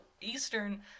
Eastern